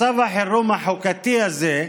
מצב החירום החוקתי הזה,